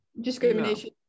Discrimination